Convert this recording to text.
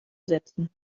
setzen